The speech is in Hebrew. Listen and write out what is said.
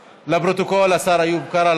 לפרוטוקול, השר איוב קרא.